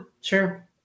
sure